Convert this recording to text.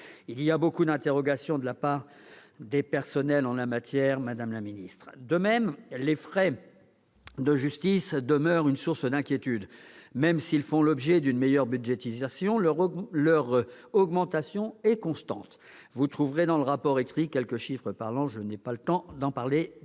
suscite beaucoup d'interrogations parmi les personnels, madame la ministre. De même, les frais de justice demeurent une source d'inquiétude. Même s'ils font l'objet d'une meilleure budgétisation, leur augmentation est constante. Vous trouverez dans le rapport écrit quelques chiffres parlants, mes chers collègues. Pour terminer